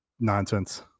nonsense